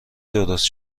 درست